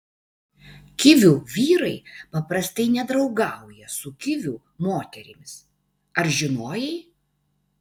kivių vyrai paprastai nedraugauja su kivių moterimis ar žinojai